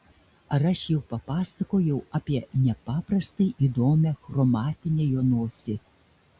ar aš jau papasakojau apie nepaprastai įdomią chromatinę jo nosį